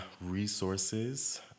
resources